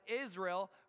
Israel